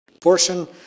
portion